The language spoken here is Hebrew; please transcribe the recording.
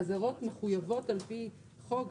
האזהרות מחויבות על פי חוק.